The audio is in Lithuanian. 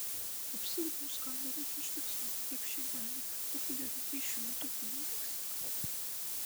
apsaugos kameros užfiksavo kaip šeima eina populiariu pėsčiųjų taku į meksiką